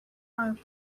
our